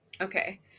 Okay